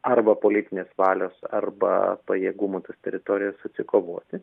arba politinės valios arba pajėgumų tas teritorijas atsikovoti